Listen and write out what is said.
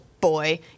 boy